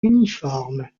uniforme